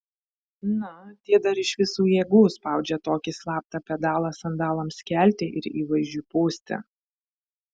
na tie dar iš visų jėgų spaudžia tokį slaptą pedalą sandalams kelti ir įvaizdžiui pūsti